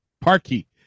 Parky